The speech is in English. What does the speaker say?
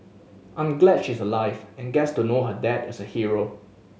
I'm glad she's alive and gets to know her dad is a hero